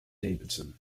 davidson